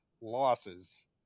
losses